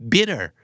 Bitter